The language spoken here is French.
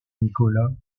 nicolas